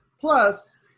Plus